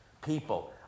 People